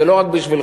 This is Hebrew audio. זה לא רק בשבילך: